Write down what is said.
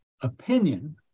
opinion